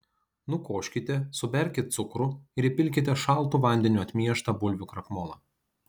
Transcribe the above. nukoškite suberkit cukrų ir įpilkite šaltu vandeniu atmieštą bulvių krakmolą